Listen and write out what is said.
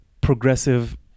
progressive